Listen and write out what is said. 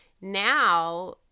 now